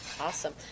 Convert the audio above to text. Awesome